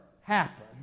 happen